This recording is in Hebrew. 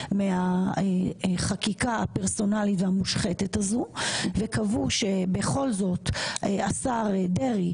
מהחקיקה הפרסונלית והמושחתת הזו וקבעו שבכל זאת השר דרעי,